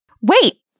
Wait